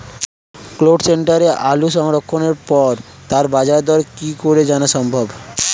Cold স্টোরে আলু সংরক্ষণের পরে তার বাজারদর কি করে জানা সম্ভব?